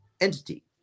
entity